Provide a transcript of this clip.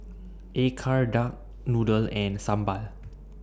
Acar Duck Noodle and Sambal